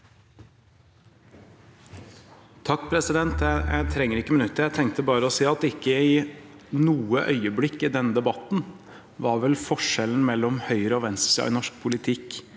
(SV) Jeg trenger ikke minuttet. Jeg tenkte bare å si at ikke i noe øyeblikk i denne debatten var vel forskjellen mellom høyre- og venstresiden i norsk politikk